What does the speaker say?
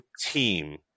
team